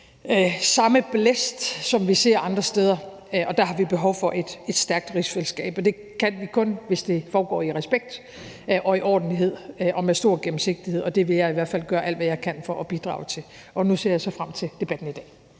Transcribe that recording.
samme blæst, som vi ser andre steder, og der har vi behov for et stærkt rigsfællesskab. Det kan vi kun have, hvis det foregår i respekt og i ordentlighed og med stor gennemsigtighed, og det vil jeg i hvert fald gøre alt, hvad jeg kan, for at bidrage til. Nu ser jeg så frem til debatten i dag.